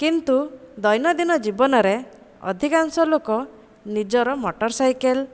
କିନ୍ତୁ ଦୈନଦିନ ଜୀବନରେ ଅଧିକାଂଶ ଲୋକ ନିଜର ମୋଟରସାଇକେଲ